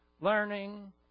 learning